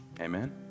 Amen